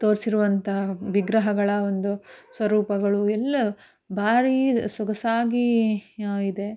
ತೋರ್ಸಿರುವಂಥ ವಿಗ್ರಹಗಳ ಒಂದು ಸ್ವರೂಪಗಳು ಎಲ್ಲ ಭಾರಿ ಸೊಗಸಾಗಿ ಇದೆ